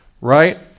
right